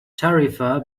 tarifa